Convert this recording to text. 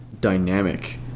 dynamic